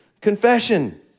confession